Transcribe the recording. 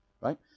Right